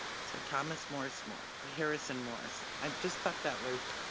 so, thomas morse more, ah harrison morse. i just thought that was.